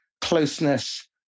closeness